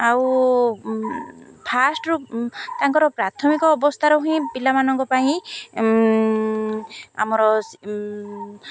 ଆଉ ଫାଷ୍ଟରୁ ତାଙ୍କର ପ୍ରାଥମିକ ଅବସ୍ଥାରୁ ହିଁ ପିଲାମାନଙ୍କ ପାଇଁ ଆମର